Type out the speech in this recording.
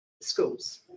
schools